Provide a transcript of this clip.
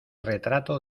retrato